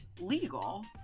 legal